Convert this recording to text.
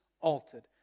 altered